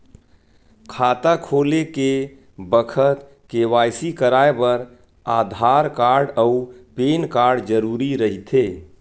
खाता खोले के बखत के.वाइ.सी कराये बर आधार कार्ड अउ पैन कार्ड जरुरी रहिथे